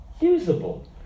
usable